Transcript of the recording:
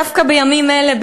דווקא בימים אלה,